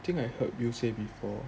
I think I heard you say before